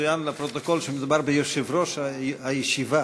יצוין לפרוטוקול שמדובר ביושב-ראש הישיבה,